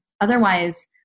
otherwise